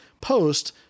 post